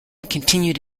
continued